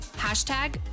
Hashtag